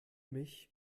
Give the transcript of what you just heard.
mich